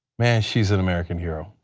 she's an american hero.